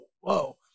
whoa